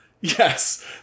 Yes